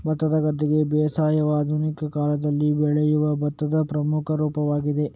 ಭತ್ತದ ಗದ್ದೆ ಬೇಸಾಯವು ಆಧುನಿಕ ಕಾಲದಲ್ಲಿ ಬೆಳೆಯುವ ಭತ್ತದ ಪ್ರಮುಖ ರೂಪವಾಗಿದೆ